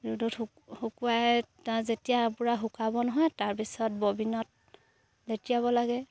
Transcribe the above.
ৰ'দত শুক শুকুৱাই যেতিয়া পূৰা শুকাব নহয় তাৰপিছত ববিনত লেটিয়াব লাগে